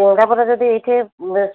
ସିଙ୍ଗଡ଼ା ବରା ଯଦି ଏଇଠି